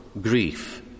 Grief